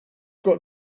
got